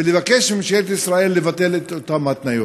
ולבקש מממשלת ישראל לבטל את אותן התניות.